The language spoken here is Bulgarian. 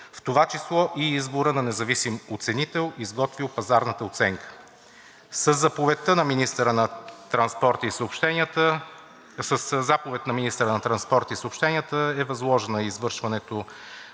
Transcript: в това число и изборът на независим оценител, изготвил пазарната оценка. Със заповед на министъра на транспорта и съобщенията е възложено извършването